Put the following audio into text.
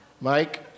Mike